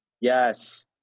Yes